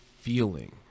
feeling